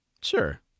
Sure